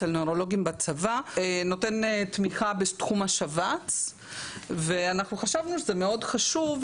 אצל נוירולוגים בצבא ופשוט לא קיבל